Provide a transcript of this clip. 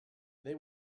they